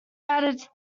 added